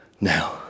now